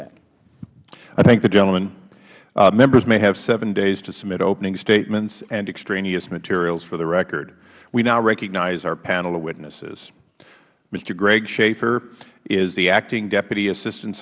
issa i thank the gentleman members may have seven days to submit opening statements and extraneous materials for the record we now recognize our panel of witnesses mister greg schaffer is the acting deputy assistan